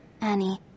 Annie